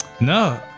No